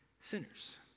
sinners